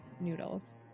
noodles